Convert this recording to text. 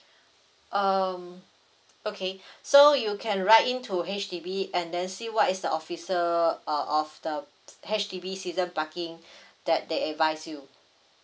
um okay so you can write in to H_D_B and then see what is the officer uh of the H_D_B season parking that they advise you